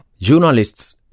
Journalists